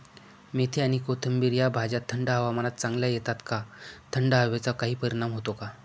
मेथी आणि कोथिंबिर या भाज्या थंड हवामानात चांगल्या येतात का? थंड हवेचा काही परिणाम होतो का?